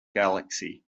galaxy